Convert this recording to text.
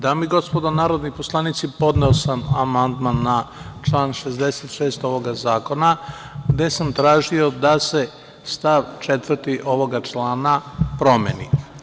Dame i gospodo narodni poslanici, podneo sam amandman na član 66. ovog zakona gde sam tražio da se stav 4. ovog člana promeni.